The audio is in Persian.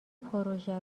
پروژه